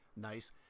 nice